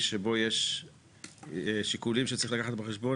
שבו יש שיקולים שצריך לקחת בחשבון,